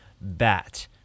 bat